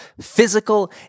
physical